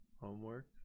homework